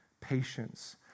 patience